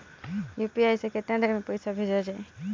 UPI से केतना देर मे पईसा भेजा जाई?